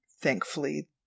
thankfully